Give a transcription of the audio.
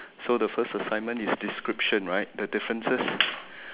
so the first assignment is description right the differences